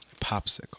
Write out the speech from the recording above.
popsicle